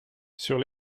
sur